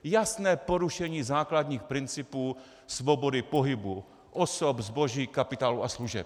Jasné porušení základních principů svobody pohybu osob, zboží, kapitálu a služeb.